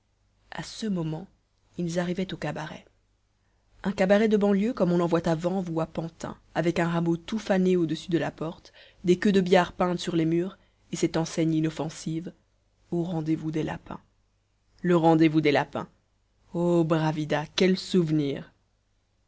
a ce moment ils arrivaient au cabaret un cabaret de banlieue comme on en voit à vanves ou à pantin avec un rameau tout fané au-dessus de la porte des queues de billard peintes sur les murs et cette enseigne inoffensive au rendez-vous des lapins le rendez-vous des lapins o bravida quel souvenir